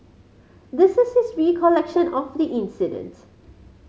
this is his recollection of the incident